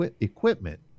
equipment